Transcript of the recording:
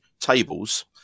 tables